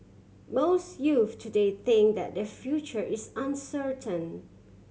most youths today think that their future is uncertain